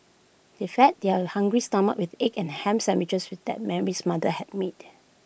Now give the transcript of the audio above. they fed their hungry stomachs with egg and Ham Sandwiches that Mary's mother had made